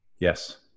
Yes